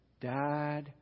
died